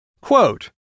quote